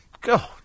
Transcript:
God